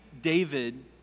David